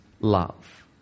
love